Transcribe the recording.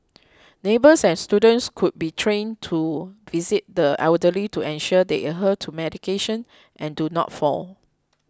neighbours and students could be trained to visit the elderly to ensure they adhere to medication and do not fall